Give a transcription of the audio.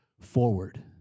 forward